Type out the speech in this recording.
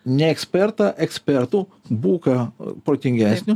ne ekspertą ekspertu buką protingesniu